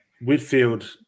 Whitfield